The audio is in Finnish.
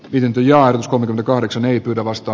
lintuja on uskominen kahdeksanei pyydä vasta